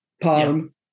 Palm